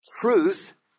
Truth